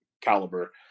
caliber